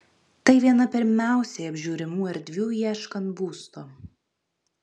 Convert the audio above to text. tai viena pirmiausiai apžiūrimų erdvių ieškant būsto